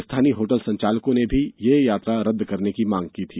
स्थानीय होटल संचालकों ने भी यह यात्रा रद्द करने की मांग की थी